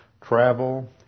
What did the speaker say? travel